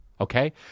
okay